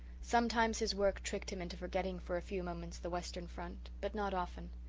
sometimes his work tricked him into forgetting for a few moments the western front, but not often.